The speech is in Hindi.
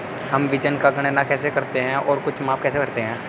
हम वजन की गणना कैसे करते हैं और कुछ माप कैसे करते हैं?